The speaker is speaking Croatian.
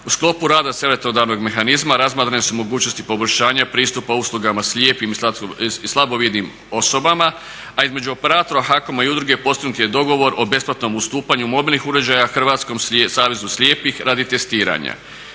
U sklopu rada savjetodavnog mehanizma razmatrane su mogućnosti poboljšanja pristupa uslugama slijepim i slabovidnim osobama a između operatora HAKOM-a i udruge postignut je dogovor o besplatnom ustupanju mobilnih uređaja Hrvatskom savezu slijepih radi testiranja.